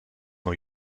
new